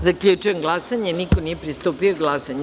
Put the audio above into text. Zaključujem glasanje: niko nije pristupio glasanju.